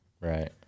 Right